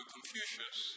Confucius